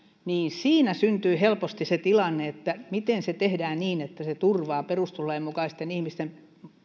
syntyy helposti se tilanne että miten se tehdään niin että se turvaa perustuslain mukaiset ihmisten